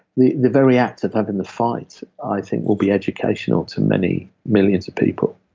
the the very act of having the fight, i think, will be educational to many millions of people.